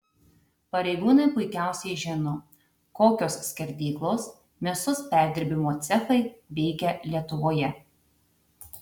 pareigūnai puikiausiai žino kokios skerdyklos mėsos perdirbimo cechai veikia lietuvoje